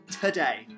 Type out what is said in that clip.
today